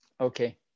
okay